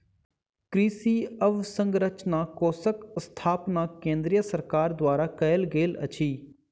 कृषि अवसंरचना कोषक स्थापना केंद्रीय सरकार द्वारा कयल गेल अछि